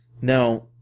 Now